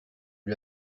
lui